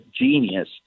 genius